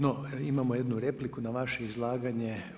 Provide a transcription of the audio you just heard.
No, imamo jednu repliku na vaše izlaganje.